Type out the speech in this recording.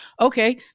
Okay